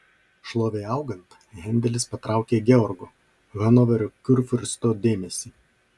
šlovei augant hendelis patraukė georgo hanoverio kurfiursto dėmesį